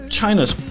China's